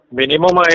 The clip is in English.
minimum